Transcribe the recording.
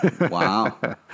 Wow